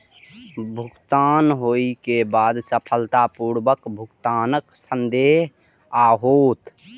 भुगतान होइ के बाद सफलतापूर्वक भुगतानक संदेश आओत